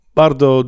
bardzo